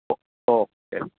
okay